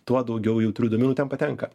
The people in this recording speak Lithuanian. tuo daugiau jautrių duomenų ten patenka